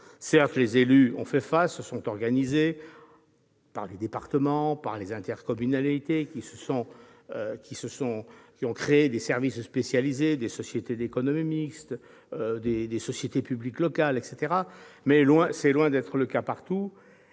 Certes, les élus ont fait face, se sont organisés. Les départements et les intercommunalités ont créé des services spécialisés, des sociétés d'économie mixte, des sociétés publiques locales, etc. Mais c'est loin d'être le cas partout